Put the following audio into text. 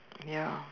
ya